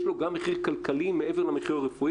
לו גם מחיר כלכלי מעבר למחיר הרפואי.